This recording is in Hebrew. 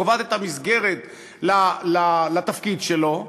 קובעת את המסגרת לתפקיד שלו,